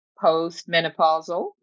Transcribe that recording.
post-menopausal